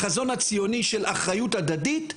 החזון הציוני של אחריות הדדית.